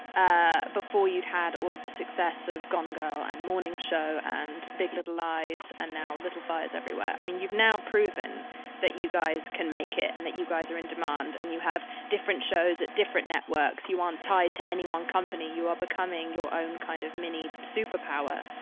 ah before you'd had all of the success of gone girl and morning show and big little lies and now little fires everywhere? i mean, you've now proven that you guys can make it and that you guys are in demand and you have different shows at different networks. you weren't um tied to any one company. you are becoming your own kind of mini superpower,